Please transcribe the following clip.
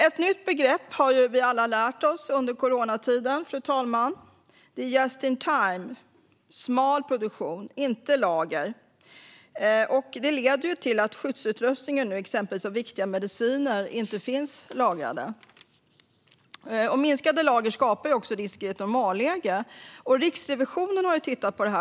Ett nytt begrepp har vi alla lärt oss under coronatiden, nämligen just in time - smal produktion, inte lager. Det leder till att exempelvis skyddsutrustning och viktiga mediciner inte finns lagrade. Minskade lager skapar risker också i ett normalläge. Riksrevisionen har tittat på detta.